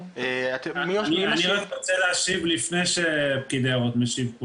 אני רוצה להשיב לפני שפקיד היערות משיב.